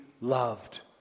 loved